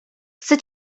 chcę